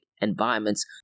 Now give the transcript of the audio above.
environments